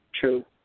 True